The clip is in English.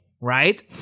right